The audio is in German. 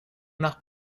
nach